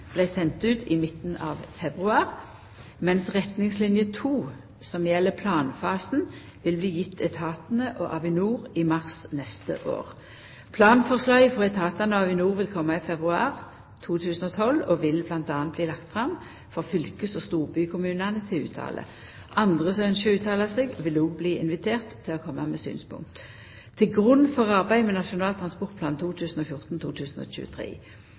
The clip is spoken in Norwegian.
ut i midten av februar, medan retningsline 2, som gjeld planfasen, vil bli gjeven etatane og Avinor i mars neste år. Planforslaget frå etatane og Avinor vil koma i februar 2012 og vil m.a. bli lagt fram for fylkes- og storbykommunane til uttale. Andre som ynskjer å uttala seg, vil òg bli inviterte til å koma med synspunkt. Til grunn for arbeidet med Nasjonal transportplan